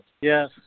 Yes